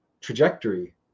trajectory